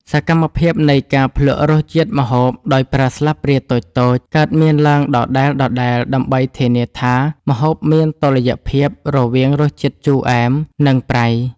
សកម្មភាពនៃការភ្លក្សរសជាតិម្ហូបដោយប្រើស្លាបព្រាតូចៗ កើតមានឡើងដដែលៗដើម្បីធានាថាម្ហូបមានតុល្យភាពរវាងរសជាតិជូរ អែម និងប្រៃ។